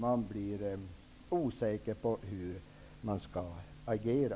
Man blir osäker på hur man skall agera.